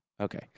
Okay